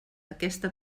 aquesta